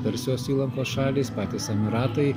persijos įlankos šalys patys emiratai